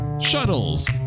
shuttles